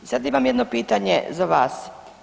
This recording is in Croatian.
Sada imam jedno pitanje za vas.